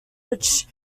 which